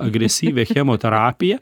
agresyvią chemoterapiją